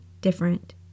different